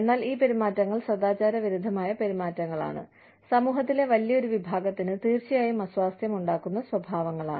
എന്നാൽ ഈ പെരുമാറ്റങ്ങൾ സദാചാരവിരുദ്ധമായ പെരുമാറ്റങ്ങളാണ് സമൂഹത്തിലെ വലിയൊരു വിഭാഗത്തിന് തീർച്ചയായും അസ്വാസ്ഥ്യമുണ്ടാക്കുന്ന സ്വഭാവങ്ങളാണ്